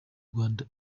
rwanda